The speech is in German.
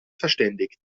verständigt